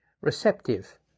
receptive